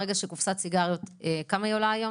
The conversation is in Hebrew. ברגע שקופסת סיגריות -- כמה היא עולה היום?